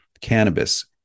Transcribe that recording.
cannabis